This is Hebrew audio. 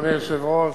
אדוני היושב-ראש,